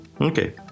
Okay